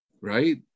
right